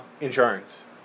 insurance